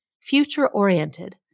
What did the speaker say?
Future-oriented